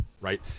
right